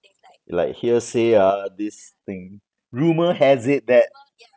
like hearsay ah this thing rumour has it that